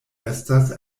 estas